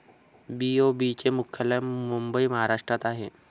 BOB चे मुख्यालय मुंबई महाराष्ट्रात आहे